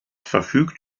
verfügt